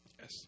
Yes